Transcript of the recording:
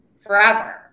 forever